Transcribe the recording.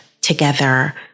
together